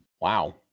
wow